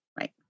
Right